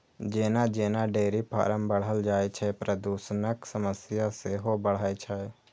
जेना जेना dairy farm बढ़ल जाइ छै, प्रदूषणक समस्या सेहो बढ़ै छै